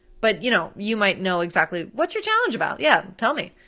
but you know you might know exactly. what's your challenge about? yeah, tell me.